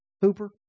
Hooper